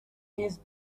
his